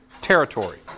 territory